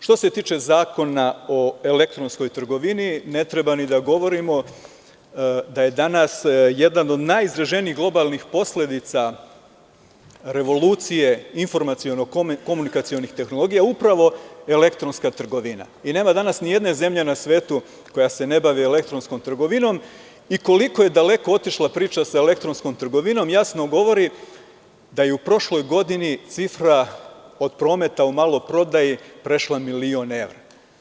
Što se tiče Zakona o elektronskoj trgovini, ne treba ni da govorimo da je danas jedan od najizraženijih globalnih posledica revolucije informaciono-komunikacionih tehnologija upravo elektronska trgovina i nema danas ni jedne zemlje na svetu koja se ne bavi elektronskom trgovinom i koliko je daleko otišla priča sa elektronskom trgovinom jasno govori da je u prošloj godini cifra od prometa u maloprodaji prešla milion evra.